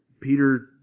Peter